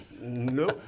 no